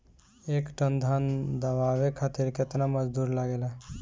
एक टन धान दवावे खातीर केतना मजदुर लागेला?